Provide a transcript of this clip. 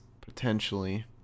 potentially